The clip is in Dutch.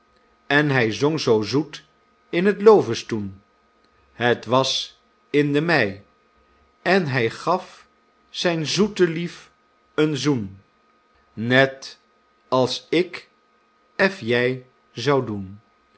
en hy zong zoo zoet in t looffestoen het was in de mei en hy gaf zijn zoetelief een zoen net als ik ef jy zou doen